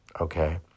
okay